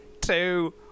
two